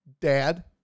dad